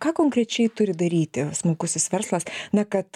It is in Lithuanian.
ką konkrečiai turi daryti smulkusis verslas na kad